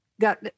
got